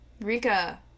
Rika